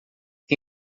que